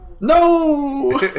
No